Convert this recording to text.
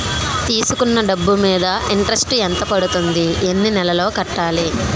తీసుకున్న డబ్బు మీద ఇంట్రెస్ట్ ఎంత పడుతుంది? ఎన్ని నెలలో కట్టాలి?